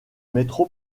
métro